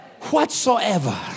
whatsoever